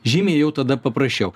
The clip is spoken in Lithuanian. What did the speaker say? žymiai jau tada paprasčiau